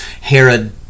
Herod